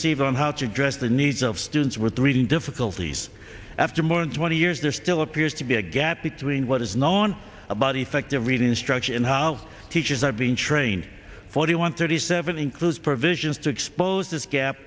received on how to address the needs of students with reading difficulties after more than twenty years there still appears to be a gap between what is known about effective reading instruction and how teachers i've been trained forty one thirty seven includes provisions to expose this gap